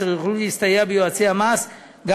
אשר יוכלו להסתייע ביועצי המס גם